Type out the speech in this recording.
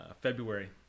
February